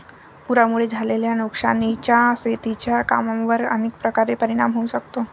पुरामुळे झालेल्या नुकसानीचा शेतीच्या कामांवर अनेक प्रकारे परिणाम होऊ शकतो